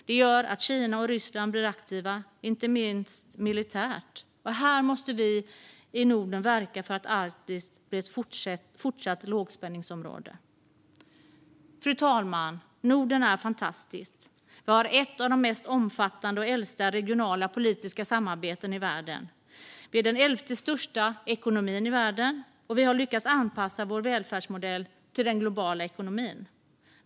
Det gör att Kina och Ryssland blir aktiva, inte minst militärt. Här måste vi i Norden verka för att Arktis blir ett fortsatt lågspänningsområde. Fru talman! Norden är fantastiskt. Vi har ett av de mest omfattande och äldsta regionala politiska samarbetena i världen. Vi är den elfte största ekonomin i världen, och vi har lyckats anpassa vår välfärdsmodell till den globala ekonomin.